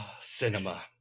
Cinema